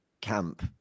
camp